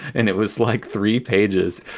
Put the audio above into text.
and it was like three pages.